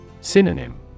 Synonym